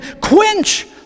quench